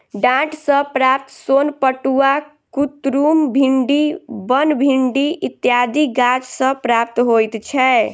डांट सॅ प्राप्त सोन पटुआ, कुतरुम, भिंडी, बनभिंडी इत्यादि गाछ सॅ प्राप्त होइत छै